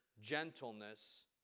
gentleness